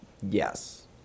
yes